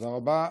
תודה רבה.